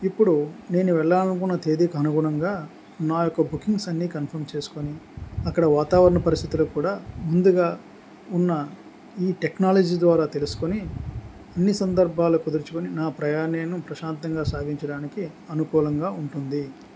ఇప్పుడు నేను వెళ్ళాలనుకున్న తేదీకి అనుగుణంగా నా యొక్క బుకింగ్స్ అన్ని కన్ఫర్మ్ చేసుకొని అక్కడ వాతావరణ పరిస్థితులో కూడా ముందుగా ఉన్న ఈ టెక్నాలజీ ద్వారా తెలుసుకొని అన్ని సందర్భాలు కుదర్చుకొని నా ప్రయాణంను ప్రశాంతంగా సాగించడానికి అనుకూలంగా ఉంటుంది